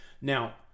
now